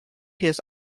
his